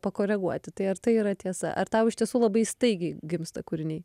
pakoreguoti tai ar tai yra tiesa ar tau iš tiesų labai staigiai gimsta kūriniai